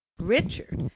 richard,